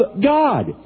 God